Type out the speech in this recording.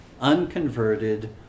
unconverted